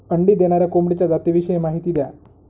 अंडी देणाऱ्या कोंबडीच्या जातिविषयी माहिती द्या